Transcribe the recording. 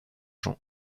jean